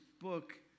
book